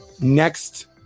next